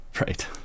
right